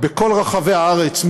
בכל רחבי הארץ,